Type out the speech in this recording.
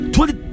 Twenty